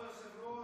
כבוד היושב-ראש,